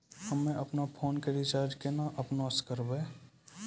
हम्मे आपनौ फोन के रीचार्ज केना आपनौ से करवै?